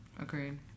agreed